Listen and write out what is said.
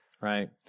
right